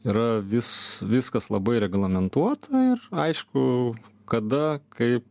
yra vis viskas labai reglamentuota ir aišku kada kai